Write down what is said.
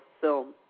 film